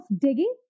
digging